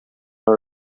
are